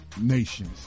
nations